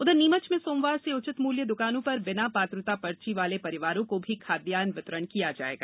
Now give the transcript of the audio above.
उधर नीमच में सोमवार से उचित मूल्य दुकानों पर बिना पात्रता पर्ची वाले परिवारों को भी खाद्यान्न वितरण किया जायेगा